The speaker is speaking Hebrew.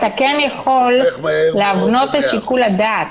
אתה כן יכול להבנות את שיקול הדעת.